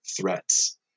threats